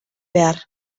behar